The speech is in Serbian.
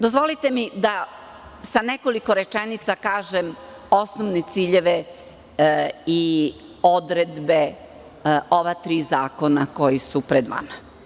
Dozvolite mi da sa nekoliko rečenica kažem osnovne ciljeve i odredbe ova tri zakona koja su pred nama.